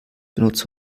benutzt